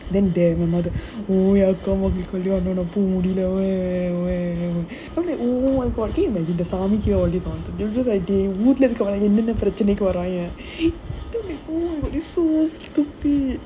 then there இன்னொரு:innoru I'm like oh my god can you imagine if sami hear all these nonsense they will just like வீட்ல இருக்கவங்களும் பிரச்சனைக்கு வராங்க:veetla irukavangalum prachanaikku varaanga then I'm like this is so stupid